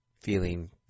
feeling